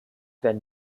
werden